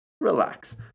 relax